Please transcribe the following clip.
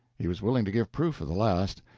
he was willing to give proof of the last,